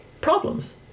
problems